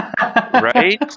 Right